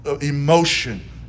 emotion